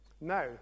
Now